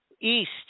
East